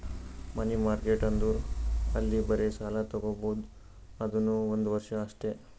ಮನಿ market ಅಂದುರ್ ಅಲ್ಲಿ ಬರೇ ಸಾಲ ತಾಗೊಬೋದ್ ಅದುನೂ ಒಂದ್ ವರ್ಷ ಅಷ್ಟೇ